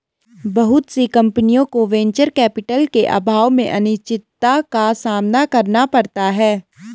बहुत सी कम्पनियों को वेंचर कैपिटल के अभाव में अनिश्चितता का सामना करना पड़ता है